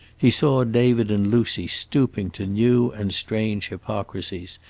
he saw david and lucy stooping to new and strange hypocrisies,